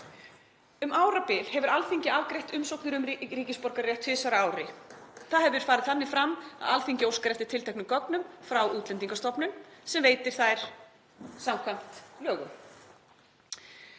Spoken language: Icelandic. Um árabil hefur Alþingi afgreitt umsóknir um ríkisborgararétt tvisvar á ári. Það hefur farið þannig fram að Alþingi óskar eftir tilteknum gögnum frá Útlendingastofnun sem veitir þær samkvæmt lögum.